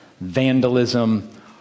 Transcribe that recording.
vandalism